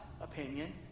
opinion